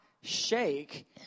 shake